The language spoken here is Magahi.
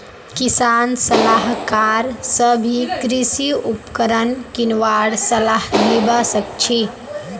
किसान सलाहकार स भी कृषि उपकरण किनवार सलाह लिबा सखछी